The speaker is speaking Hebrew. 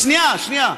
לא, שנייה, שנייה.